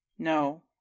No